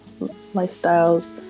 lifestyles